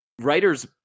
writers